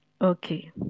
okay